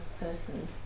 person